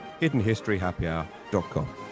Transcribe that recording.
hiddenhistoryhappyhour.com